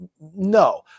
No